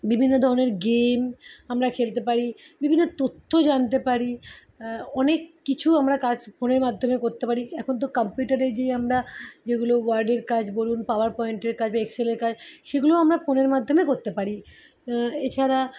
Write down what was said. বিভিন্ন ধরনের গেম আমরা খেলতে পারি বিভিন্ন তথ্য জানতে পারি অনেক কিছু আমরা কাজ ফোনের মাধ্যমে করতে পারি এখন তো কাম্পিউটারে যেই আমরা যেগুলো ওয়ার্ডের কাজ বলুন পাওয়ারপয়েন্টের কাজ বা এক্সেসেলের কাজ সেগুলোও আমরা ফোনের মাধ্যমে করতে পারি এছাড়া